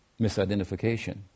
misidentification